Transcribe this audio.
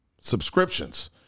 subscriptions